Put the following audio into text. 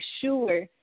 sure